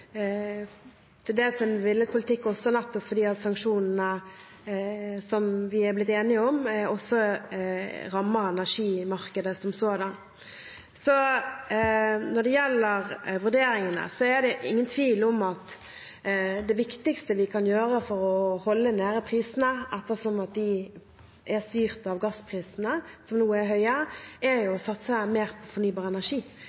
til dels også en villet politikk, nettopp fordi sanksjonene som vi er blitt enige om, også rammer energimarkedet som sådant. Når det gjelder vurderingene, er det ingen tvil om at det viktigste vi kan gjøre for å holde prisene nede, ettersom de er styrt av gassprisene, som nå er høye, er å satse mer på fornybar energi.